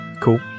Cool